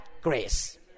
grace